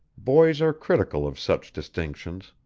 boys are critical of such distinctions.